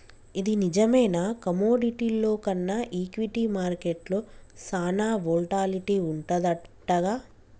ఇది నిజమేనా కమోడిటీల్లో కన్నా ఈక్విటీ మార్కెట్లో సాన వోల్టాలిటీ వుంటదంటగా